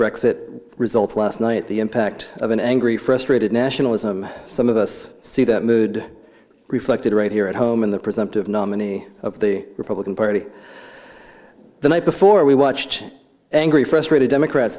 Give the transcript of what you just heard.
breaks it results last night the impact of an angry frustrated nationalism some of us see that mood reflected right here at home in the presumptive nominee of the republican party the night before we watched angry frustrated democrats